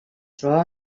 trobava